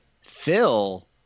Phil